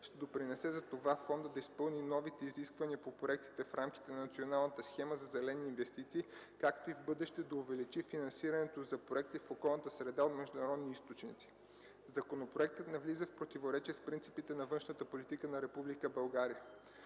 ще допринесе за това фондът да изпълни новите изисквания по проектите в рамките на националната схема за зелени инвестиции, както и в бъдеще да увеличи финансирането за проекти в околната среда от международни източници. Законопроектът не влиза в противоречие с принципите на външната политика на Република България.